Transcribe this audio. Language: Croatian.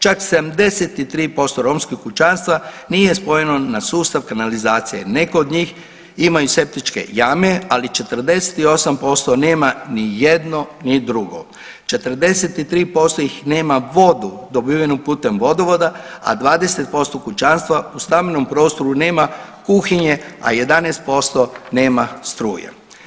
Čak 73% romskih kućanstva nije spojeno na sustav kanalizacije, neke od njih imaju septičke jame, ali 48% nema ni jedno, ni drugo, 43% ih nema vodu dobivenu putem vodovoda, a 20% kućanstva u stambenom prostoru nema kuhinje, a 11% nema struje.